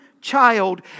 child